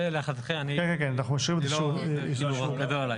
זה להחלטתכם, זה גדול עליי.